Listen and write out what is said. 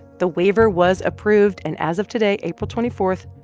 the waiver was approved. and as of today, april twenty four,